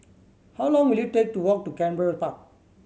how long will it take to walk to Canberra Park